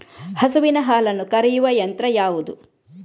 ಹಸುವಿನ ಹಾಲನ್ನು ಕರೆಯುವ ಯಂತ್ರ ಯಾವುದು?